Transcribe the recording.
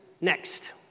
next